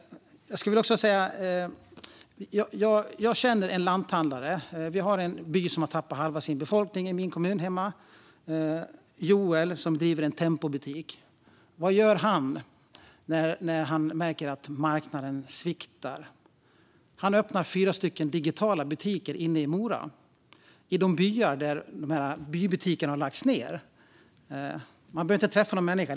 Jag känner en lanthandlare, Joel, som driver en Tempobutik i en by hemma i min kommun som har tappat halva sin befolkning. Vad gör han när han märker att marknaden sviktar? Han öppnar fyra digitala butiker i Mora, i de byar där bybutikerna har lagts ned. Man behöver inte träffa någon människa.